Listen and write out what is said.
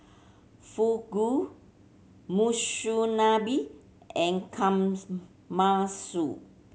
Fugu Monsunabe and Kamasmasu